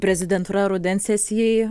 prezidentūra rudens sesijai